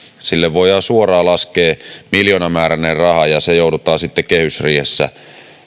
sille voidaan suoraan laskea miljoonamääräinen raha ja ne rahat joudutaan sitten kehysriihessä